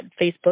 Facebook